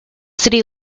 city